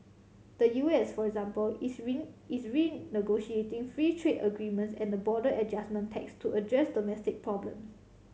the U S for example is is renegotiating free trade agreements and the border adjustment tax to address domestic problem